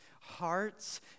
hearts